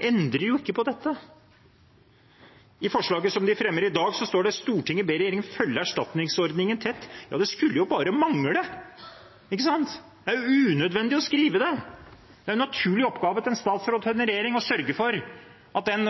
endrer ikke på det. I forslaget som de har fremmet i dag, står det at «Stortinget ber regjeringen følge erstatningsordningen tett». Ja, det skulle jo bare mangle, ikke sant? Det er unødvendig å skrive det. Det er en naturlig oppgave for en statsråd og en regjering å sørge for at den